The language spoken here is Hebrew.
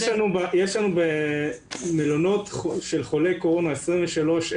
יש לנו במלונות של חולי קורונה 23,380